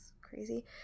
Crazy